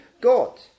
God